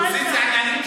אופוזיציה עניינית, שתהיה.